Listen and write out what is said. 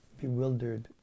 bewildered